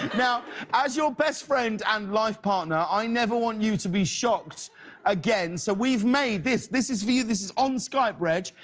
now as your best friend and life partner i never want you to be shocked again so we've made this, this is for you, this is on skype, reg,